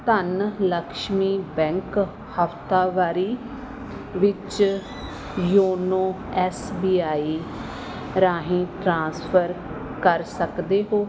ਧੰਨ ਲਕਸ਼ਮੀ ਬੈਂਕ ਹਫ਼ਤਾਵਾਰੀ ਵਿੱਚ ਯੋਨੋ ਐੱਸ ਬੀ ਆਈ ਰਾਹੀਂ ਟਰਾਂਸਫਰ ਕਰ ਸਕਦੇ ਹੋ